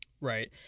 Right